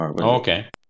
Okay